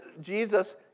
Jesus